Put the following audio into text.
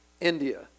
India